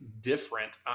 different